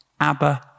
Abba